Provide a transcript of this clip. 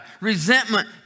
Resentment